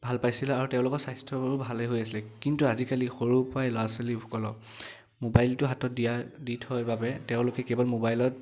ভাল পাইছিলে আৰু তেওঁলোকৰ স্বাস্থ্যও ভাল হৈছিলে কিন্তু আজিকালি সৰুৰ পৰাই ল'ৰা ছোৱালীসকলক মোবাইলটো হাতত দিয়া দি থয় বাবে তেওঁলোকে কেৱল মোবাইলত